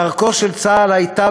דרכו של צה"ל הייתה,